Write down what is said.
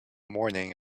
morning